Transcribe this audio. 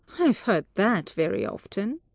i've heard that very often.